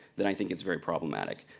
then i think it's very problematic.